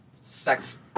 sex